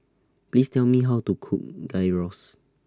Please Tell Me How to Cook Gyros